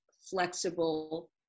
flexible